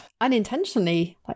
unintentionally